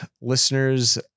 listeners